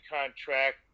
contract